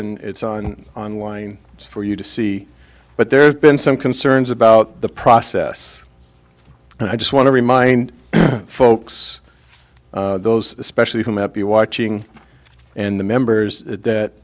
and it's on online for you to see but there's been some concerns about the process and i just want to remind folks those especially who might be watching and the members that